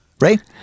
right